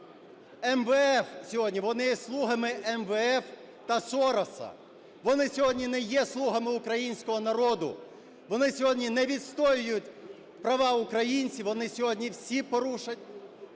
МВФ сьогодні… Вони є слугами МВФ та Сороса, вони сьогодні не є слугами українського народу. Вони сьогодні не відстоюють права українців, вони сьогодні всі порушать